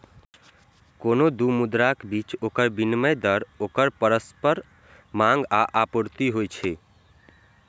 कोनो दू मुद्राक बीच ओकर विनिमय दर ओकर परस्पर मांग आ आपूर्ति होइ छै